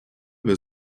wir